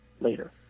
Later